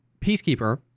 Peacekeeper